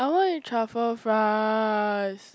I wanna eat truffle fries